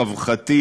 רווחתי,